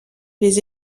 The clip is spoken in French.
les